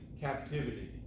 captivity